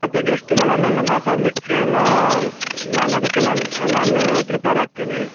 ಮತ್ತೆ ಗೆಸ್ಟ್ಗಳನ್ನೆಲ್ಲ ಮಾತಾಡಲಿಕ್ಕೆ ಎಲ್ಲ ನಾನು ಅದಕ್ಕೆಲ್ಲ ನಾನು ಪ್ರಿಪೇರ್ ಆಗ್ತೀನಿ